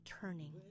turning